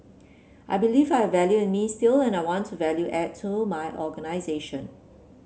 I believe I have value in me still and I want to add value to my organisation